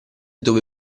dove